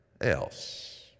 else